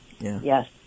yes